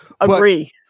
Agree